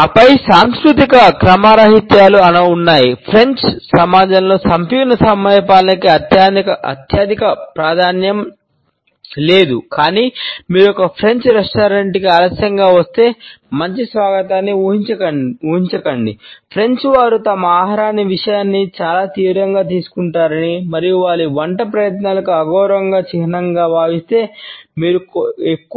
ఆపై సాంస్కృతిక క్రమరాహిత్యాలు అభినందనలు